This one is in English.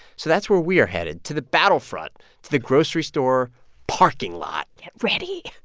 so that's where we're headed, to the battlefront, to the grocery store parking lot get ready.